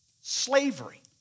Slavery